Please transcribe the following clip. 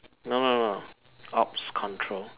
no no no ops control